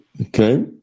Okay